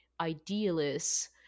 idealists